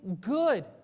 good